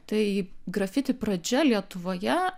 tai grafiti pradžia lietuvoje